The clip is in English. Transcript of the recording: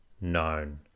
known